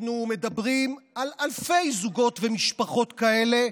אנחנו מדברים על אלפי זוגות ומשפחות כאלה,